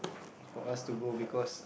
for us to go because